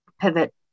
Pivot